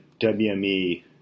WME